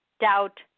doubt